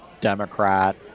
Democrat